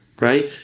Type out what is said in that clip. right